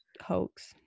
hoax